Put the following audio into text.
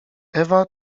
ewa